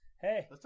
Hey